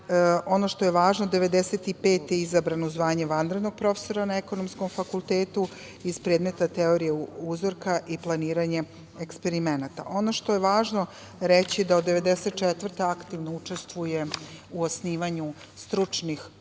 Ono što je važno, 1995. godine je izabran u zvanje vanrednog profesora na Ekonomskom fakultetu iz predmeta – Teorija uzorka i planiranje eksperimenata. Ono što je važno reći je da od 1994. godine aktivno učestvuje u osnivanju stručnih časopisa